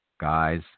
Guys